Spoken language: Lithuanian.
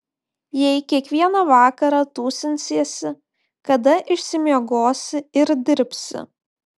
jei kiekvieną vakarą tūsinsiesi kada išsimiegosi ir dirbsi